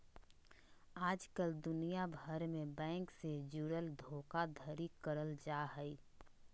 आजकल दुनिया भर मे बैंक से जुड़ल धोखाधड़ी करल जा हय